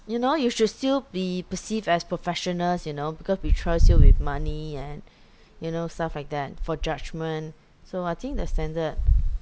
you know you should still be perceived as professionals you know because we trust you with money and you know stuff like that for judgment so I think the standard